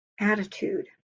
attitude